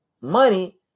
money